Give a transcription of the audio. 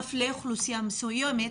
מפלה אוכלוסייה מסוימת,